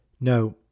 No